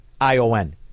ION